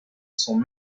sont